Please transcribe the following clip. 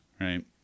right